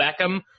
Beckham